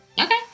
Okay